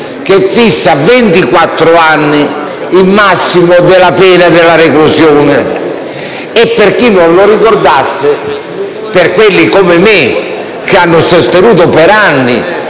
ventiquattro anni il massimo della pena della reclusione. Per chi non lo ricordasse, per quelli come me che hanno sostenuto per anni